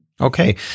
okay